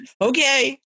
okay